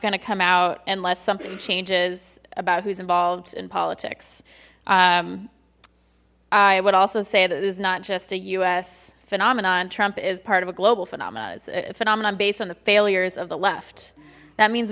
gonna come out unless something changes about who's involved in politics i would also say that it is not just a u s phenomenon trump is part of a global phenomenon it's a phenomenon based on the failures of the left that means